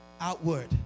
outward